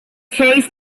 case